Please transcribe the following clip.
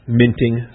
minting